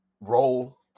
role